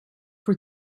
voor